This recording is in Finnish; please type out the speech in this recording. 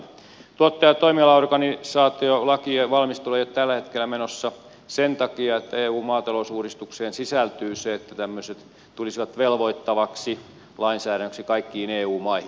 tuottaja ja toimialaorganisaatiolakien valmistelu ei ole tällä hetkellä menossa sen takia että eun maatalousuudistukseen sisältyy se että tämmöiset tulisivat velvoittavaksi lainsäädännöksi kaikkiin eu maihin